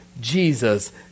Jesus